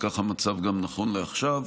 וכך המצב גם נכון לעכשיו.